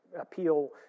appeal